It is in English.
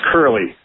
Curly